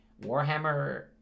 Warhammer